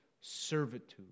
Servitude